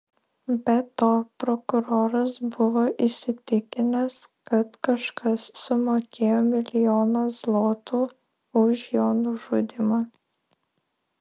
be to prokuroras buvo įsitikinęs kad kažkas sumokėjo milijoną zlotų už jo nužudymą